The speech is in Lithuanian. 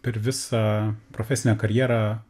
per visą profesinę karjerą